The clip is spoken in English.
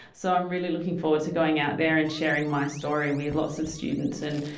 so i'm really looking forward to going out there and sharing my story with lots of students. and,